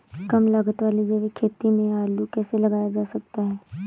कम लागत वाली जैविक खेती में आलू कैसे लगाया जा सकता है?